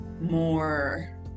more